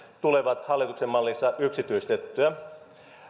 tulevat hallituksen mallissa yksityistettyä